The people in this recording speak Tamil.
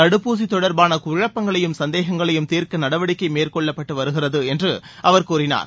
தடுப்பூசி தொடர்பான குழப்பங்களையும் சந்தேகங்களையும் தீர்க்க நடவடிக்கை மேற்கொள்ளப்பட்டு வருகிறது என்று அவர் கூறினார்